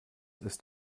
ist